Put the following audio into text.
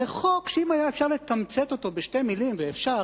זה חוק שאם אפשר היה לתמצת אותו בשתי מלים, ואפשר,